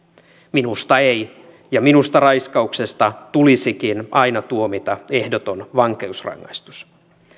minusta ei ja minusta raiskauksesta tulisikin aina tuomita ehdoton vankeusrangaistus